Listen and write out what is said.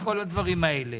כל הדברים האלה.